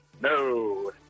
no